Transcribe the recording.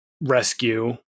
rescue